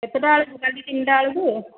କେତେଟା ବେଳକୁ କାଲି ତିନିଟା ବେଳକୁ